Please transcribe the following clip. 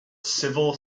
civil